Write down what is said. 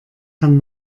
kann